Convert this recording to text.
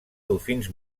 dofins